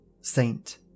Saint